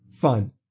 fun